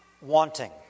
wanting